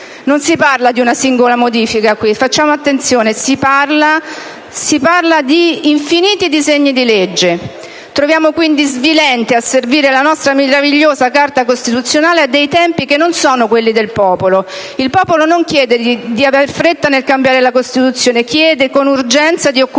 Non si parla qui di una singola modifica, facciamo attenzione, ma di infiniti disegni di legge. Troviamo quindi svilente asservire la nostra meravigliosa Carta costituzionale a tempi che non sono quelli del popolo. Il popolo non chiede di avere fretta nel cambiare la Costituzione, chiede con urgenza di occuparsi